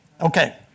Okay